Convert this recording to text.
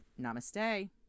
namaste